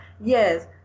Yes